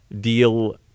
deal